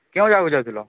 କେଉଁ ଜାଗାକୁ ଯାଉଥିଲ